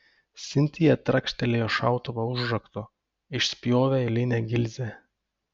sintija trakštelėjo šautuvo užraktu išspjovė eilinę gilzę